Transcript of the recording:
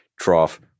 trough